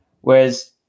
Whereas